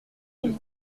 ils